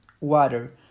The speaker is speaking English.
water